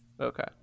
Okay